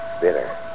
bitter